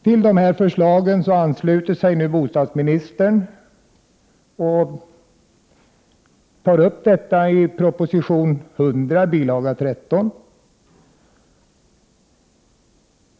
Till dessa förslag ansluter sig nu bostadsministern, och han tar upp detta i proposition 100, bilaga 13.